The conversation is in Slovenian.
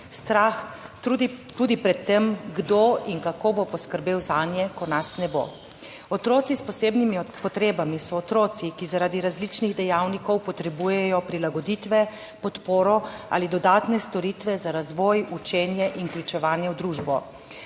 Strah tudi pred tem, kdo in kako bo poskrbel zanje, ko nas ne bo. Otroci s posebnimi potrebami so otroci, ki zaradi različnih dejavnikov potrebujejo prilagoditve, podporo ali dodatne storitve za razvoj, učenje in vključevanje v družbo.